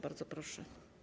Bardzo proszę.